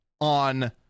on